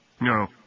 No